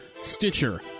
Stitcher